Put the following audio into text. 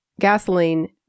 gasoline